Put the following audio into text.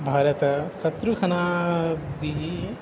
भारतशत्रुघ्नादि